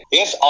Yes